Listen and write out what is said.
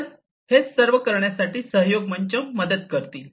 तर हेच सर्व करण्यासाठी सहयोग मंच मदत करतील